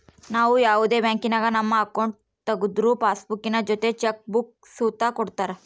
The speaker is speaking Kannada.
ನಾವು ಯಾವುದೇ ಬ್ಯಾಂಕಿನಾಗ ನಮ್ಮ ಅಕೌಂಟ್ ತಗುದ್ರು ಪಾಸ್ಬುಕ್ಕಿನ ಜೊತೆ ಚೆಕ್ ಬುಕ್ಕ ಸುತ ಕೊಡ್ತರ